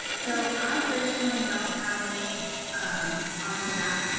so i personally don't have any on that.